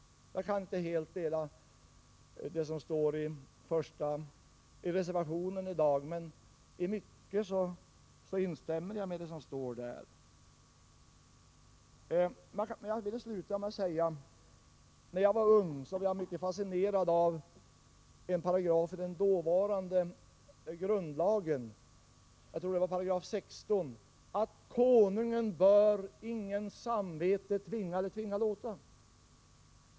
Jag kan inte helt dela det som står i reservationen, men i mycket instämmer jag i det som står där. Jag vill sluta med att säga att när jag var ung blev jag mycket fascinerad av en paragraf i den dåvarande grundlagen — jag tror att det var 16 §— att Konungen bör ingens samvete tvinga eller tvinga låta.